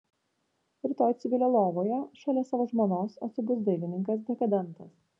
rytoj civilio lovoje šalia savo žmonos atsibus dailininkas dekadentas